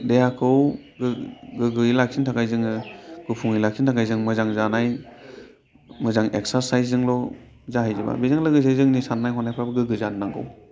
देहाखौ गोग्गोयै लाखिनो थाखाय जोङो गुफुङै लाखिनो थाखाय जों मोजां जानाय मोजां एक्सारसास्यजोंल' जाहैजोबा बेजों लोगोसे जोंनि साननाय हनायफ्राबो गोग्गो जानो नांगौ